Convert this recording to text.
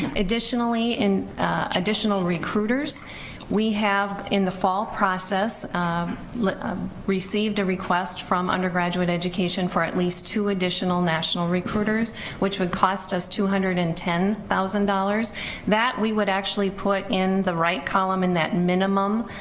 additionally in additional recruiters we have in the fall process like um received a request from undergraduate education for at least two additional national recruiters which would cost us two hundred and ten thousand dollars that we would actually put in the right column, in that minimum